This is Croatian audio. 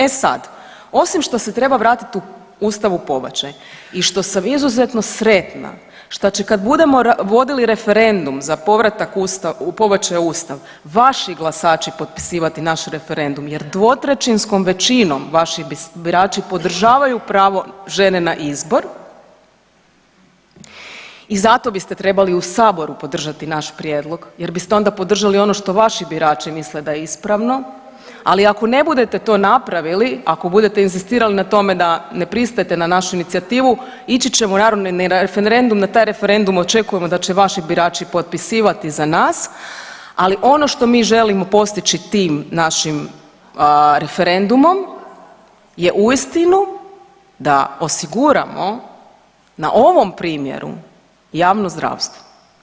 E sad, osim što se treba vratiti u Ustavu pobačaj i što sam izuzetno sretna, što će, kad budemo vodili referendum za povratak pobačaja u Ustav, vaši glasači potpisivati naš referendum jer dvotrećinskom većinom vaši birači podržavaju pravo žene na izbor i zato biste trebali u Saboru podržati naš prijedlog jer biste onda podržali ono što vaši birači misle da je ispravno, ali ako ne budete to napravili, ako budete inzistirali na tome da ne pristajete na našu inicijativu, ići ćemo, naravno i na referendum, na taj referendum očekujemo da će vaši birači potpisivati za nas, ali ono što mi želimo postići tim našim referendumom je uistinu da osiguramo na ovom primjeru javno zdravstvo.